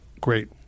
great